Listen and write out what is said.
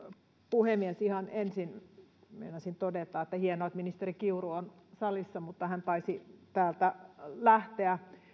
puhemies ihan ensin meinasin todeta että hienoa että ministeri kiuru on salissa mutta hän taisi täältä lähteä